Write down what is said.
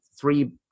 three